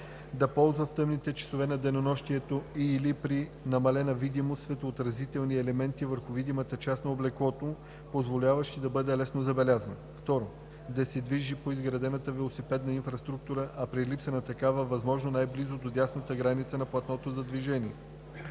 да ползва в тъмните часове на денонощието и/или при намалена видимост светлоотразителни елементи върху видимата част на облеклото, позволяващи да бъде лесно забелязан; 2. да се движи по изградената велосипедна инфраструктура, а при липса на такава – възможно най-близо до дясната граница на платното за движение;